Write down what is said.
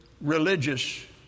religious